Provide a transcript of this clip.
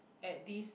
at this